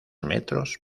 metros